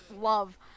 love